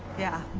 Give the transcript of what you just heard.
yeah.